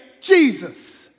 Jesus